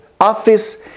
office